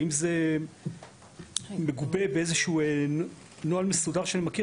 האם זה מגובה באיזה שהוא נוהל מסודר שאני מכיר?